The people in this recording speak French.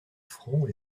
front